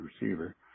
receiver